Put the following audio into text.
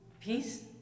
Peace